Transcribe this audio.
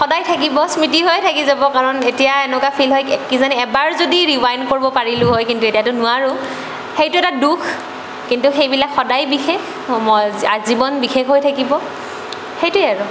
সদায় থাকিব স্মৃ্তি হৈ থাকি যাব কাৰণ এতিয়া এনেকুৱা ফিল হয় কি কিজানি এবাৰ যদি ৰিৱাইণ্ড কৰিব পাৰিলোঁ হয় কিন্তু এতিয়াটো নোৱাৰোঁ সেইটো এটা দুখ কিন্তু সেইবিলাক সদায় বিশেষ সময় আজীৱন বিশেষ হৈ থাকিব সেইটোৱেই আৰু